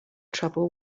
trouble